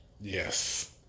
Yes